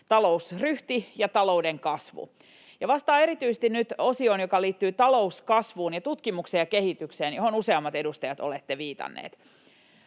talousryhti ja talouden kasvu, ja vastaan erityisesti nyt osioon, joka liittyy talouskasvuun ja tutkimukseen ja kehitykseen, johon useammat edustajat ovat viitanneet.